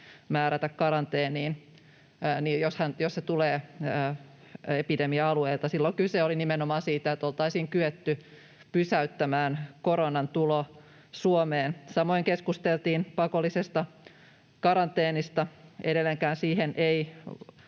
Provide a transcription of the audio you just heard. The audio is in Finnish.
määrätä karanteeniin, jos se tulee epidemia-alueelta. Silloin kyse oli nimenomaan siitä, että oltaisiin kyetty pysäyttämään koronan tulo Suomeen. Samoin keskusteltiin pakollisesta karanteenista. Edelleenkään siihen ei